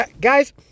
Guys